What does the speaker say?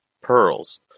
pearls